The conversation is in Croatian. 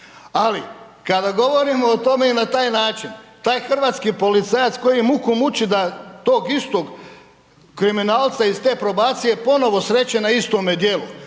ali kada govorimo o tome i na taj način, taj hrvatski policajac koji muku muči da tog istog kriminalca iz te probacije ponovo sreće na istome djelu,